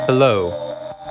Hello